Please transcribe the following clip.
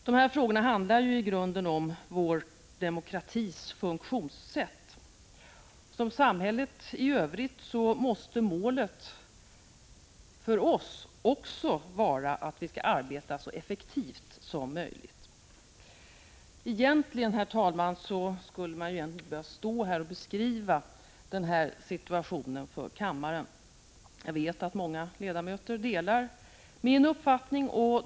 Dessa frågor handlar ju i grunden om vår demokratis funktionssätt. Som i samhället i övrigt måste målet här också vara att vi skall arbeta så effektivt som möjligt. Egentligen, herr talman, skulle man inte behöva stå här och beskriva denna situation för kammaren. Jag vet att många ledamöter delar min uppfattning.